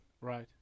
Right